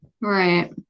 Right